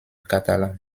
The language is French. catalan